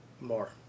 more